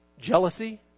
jealousy